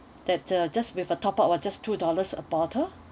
that uh just with a top up was just two dollars a bottle